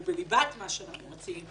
והוא בליבת מה שאנחנו מציעים.